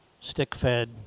stick-fed